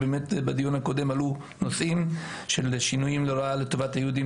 בדיון הקודם עלו נושאים של שינויים לרעת היהודים